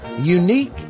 unique